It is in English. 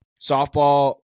Softball